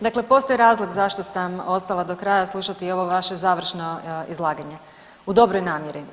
Dakle, postoji razlog zašto sam ostala do kraja slušati ovo vaše završno izlaganje u dobroj namjeri.